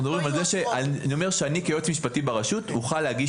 אנחנו מדברים על זה שאני כיועץ משפטי ברשות אוכל להגיש